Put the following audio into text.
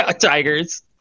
tigers